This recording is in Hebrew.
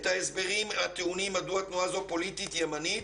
את ההסברים הטעונים מדוע תנועה זו פוליטית ימנית,